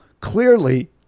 clearly